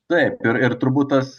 taip ir ir turbūt tas